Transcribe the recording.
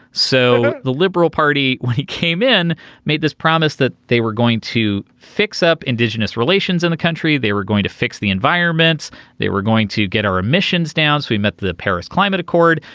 so the liberal party when he came in made this promise that they were going to fix up indigenous relations in the country they were going to fix the environments they were going to get our emissions down. we met the paris climate accord.